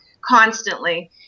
constantly